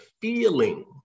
feeling